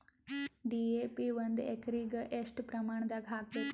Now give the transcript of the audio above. DAP ಒಂದು ಎಕರಿಗ ಎಷ್ಟ ಪ್ರಮಾಣದಾಗ ಹಾಕಬೇಕು?